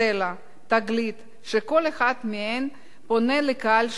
סל"ה, "תגלית", שכל אחת מהן פונה לקהל שונה,